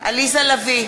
עליזה לביא,